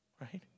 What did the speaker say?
right